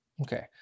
Okay